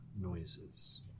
noises